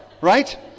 right